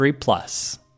Plus